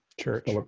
Church